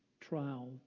trial